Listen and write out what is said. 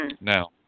Now